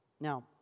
Now